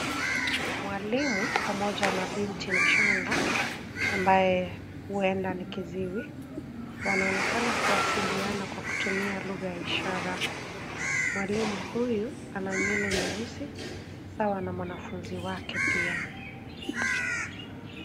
Mwalimu pamoja na binti mchanga ambaye huenda ni kiziwi wanaonekana kuwasiliana kwa kutumia lugha ya ishara. Mwalimu huyu ana nywele nyeusi sawa na mwanafunzi wake pia.